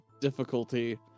difficulty